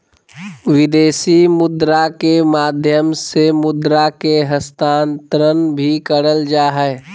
विदेशी मुद्रा के माध्यम से मुद्रा के हस्तांतरण भी करल जा हय